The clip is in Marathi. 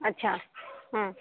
अच्छा